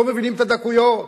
לא מבינים את הדקויות,